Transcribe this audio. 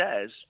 says